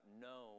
known